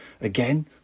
again